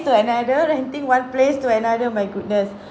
to another renting one place to another my goodness